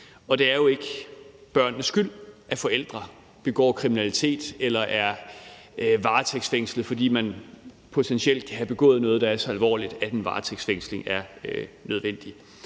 og det er jo ikke børnenes skyld, at forældrene begår kriminalitet, eller at de er varetægtsfængslede, fordi de potentielt kan have begået noget, der er så alvorligt, at en varetægtsfængsling er nødvendig.